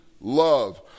love